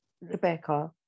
Rebecca